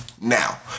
now